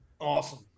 Awesome